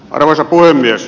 arvoisa puhemies